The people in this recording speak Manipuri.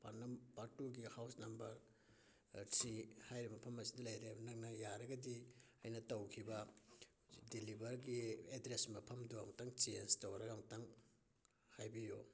ꯄꯥꯔꯠ ꯄꯥꯔꯠ ꯇꯨꯒꯤ ꯍꯥꯎꯁ ꯅꯝꯕꯔ ꯊ꯭ꯔꯤ ꯍꯥꯏꯔꯤꯕ ꯃꯐꯝ ꯑꯁꯤꯗ ꯂꯩꯔꯦ ꯅꯪꯅ ꯌꯥꯔꯒꯗꯤ ꯑꯩꯅ ꯇꯧꯈꯤꯕ ꯗꯤꯂꯤꯚꯔꯒꯤ ꯑꯦꯗ꯭ꯔꯦꯁ ꯃꯐꯝꯗꯨ ꯑꯝꯇꯪ ꯆꯦꯟꯖ ꯇꯧꯔꯒ ꯑꯝꯇꯪ ꯍꯥꯏꯕꯤꯌꯨ